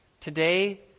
Today